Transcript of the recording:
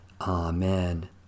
Amen